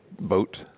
boat